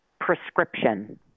prescription